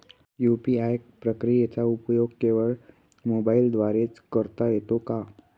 UPI प्रक्रियेचा उपयोग केवळ मोबाईलद्वारे च करता येतो का?